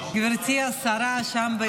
גברתי השרה שם ביציע.